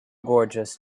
gorgeous